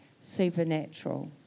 supernatural